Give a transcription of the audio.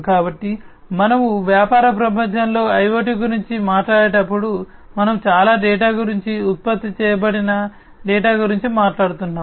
కాబట్టి మనము వ్యాపార ప్రపంచంలో IoT గురించి మాట్లాడేటప్పుడు మనము చాలా డేటా గురించి ఉత్పత్తి చేయబడిన డేటా గురించి మాట్లాడుతున్నాము